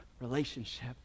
relationship